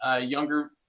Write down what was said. younger